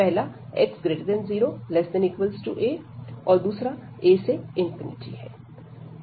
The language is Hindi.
पहला 0x ≤ a और दूसरा a से ∞ है